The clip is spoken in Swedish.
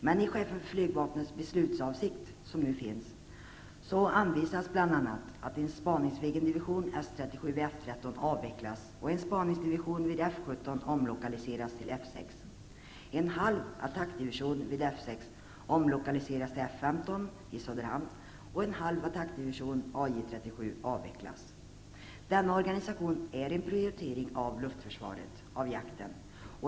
Men i chefens för flygvapnet beslutsavsikt anvisas bl.a. att en spaningsviggendivision, S 37 vid F 13, avvecklas och en spaningsdivision vid F 17 omlokaliseras till avvecklas. Denna organisation är en prioritering av luftförsvaret och jakten.